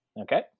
Okay